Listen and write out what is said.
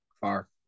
far